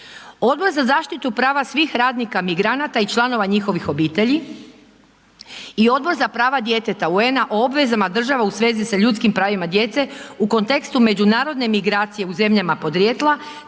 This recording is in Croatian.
Odbor za zaštitu prava svih radnika migranata i članova njihovih obitelji i Odbor za prava djeteta UN-a o obvezama država u svezi sa ljudskim pravima djece u kontekstu međunarodne migracije u zemljama podrijetla,